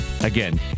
again